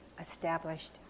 established